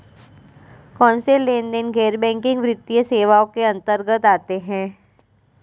कौनसे लेनदेन गैर बैंकिंग वित्तीय सेवाओं के अंतर्गत आते हैं?